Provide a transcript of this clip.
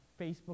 Facebook